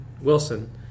Wilson